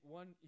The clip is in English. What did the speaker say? one